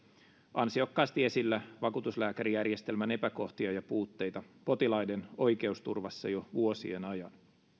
ansiokkaasti esillä vakuutuslääkärijärjestelmän epäkohtia ja puutteita potilaiden oikeusturvassa jo vuosien ajan